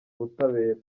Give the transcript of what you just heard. ubutabera